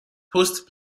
post